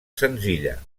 senzilla